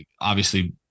obviously-